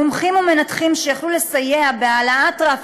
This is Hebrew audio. מומחים ומנתחים שיכלו לסייע בהעלאת רף